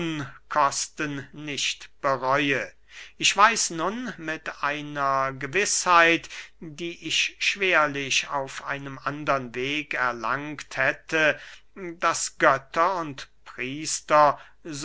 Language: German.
unkosten nicht bereue ich weiß nun mit einer gewißheit die ich schwerlich auf einem andern wege erlangt hätte daß götter und priester